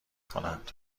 کنند